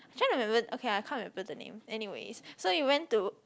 trying to remember okay I can't remember the name anyways so we went to